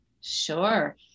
Sure